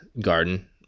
garden